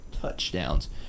touchdowns